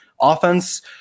offense